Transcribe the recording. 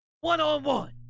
One-on-one